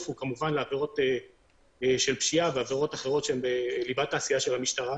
הוא כמובן לעבירות של פשיעה ועבירות אחרות שהן בליבת העשייה של המשטרה.